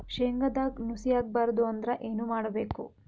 ಶೇಂಗದಾಗ ನುಸಿ ಆಗಬಾರದು ಅಂದ್ರ ಏನು ಮಾಡಬೇಕು?